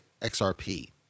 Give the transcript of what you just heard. XRP